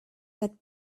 that